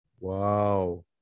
Wow